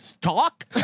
talk